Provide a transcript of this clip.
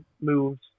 moves